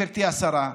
גברתי השרה,